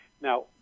Now